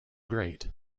great